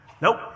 Nope